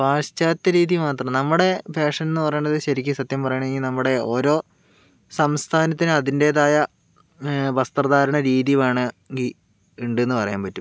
പാശ്ചാത്യ രീതി മാത്രം നമ്മുടെ ഫാഷൻ എന്ന് പറയുന്നത് ശരിക്കും സത്യം പറയാണെങ്കിൽ നമ്മുടെ ഓരോ സംസ്ഥാനത്തിന് അതിൻറ്റേതായ വസ്ത്ര ധാരണ രീതി വേണമെങ്കിൽ ഉണ്ടെന്ന് പറയാൻ പറ്റും